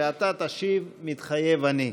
ואתה תשיב: "מתחייב אני".